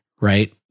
Right